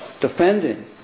defending